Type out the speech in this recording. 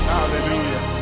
Hallelujah